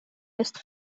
jest